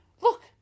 Look